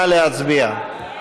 נא להצביע.